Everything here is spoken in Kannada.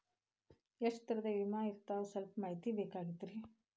ಎಷ್ಟ ತರಹದ ವಿಮಾ ಇರ್ತಾವ ಸಲ್ಪ ಮಾಹಿತಿ ಬೇಕಾಗಿತ್ರಿ